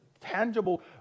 tangible